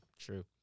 true